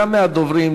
גם מהדוברים,